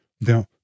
Now